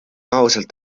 ausalt